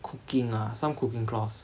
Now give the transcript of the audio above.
cooking ah some cooking course